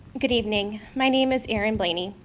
good evening, my name is erin blaney,